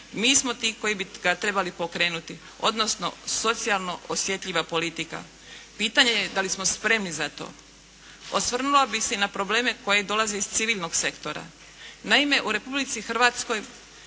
Mi smo ti koji bi ga trebali pokrenuti odnosno socijalno osjetljiva politika. Pitanje je da li smo spremni za to. Osvrnula bih se i na probleme koji dolaze iz civilnog sektora. Naime u Republici Hrvatskoj